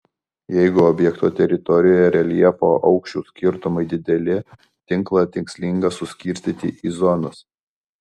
jeigu objekto teritorijoje reljefo aukščių skirtumai dideli tinklą tikslinga suskirstyti į zonas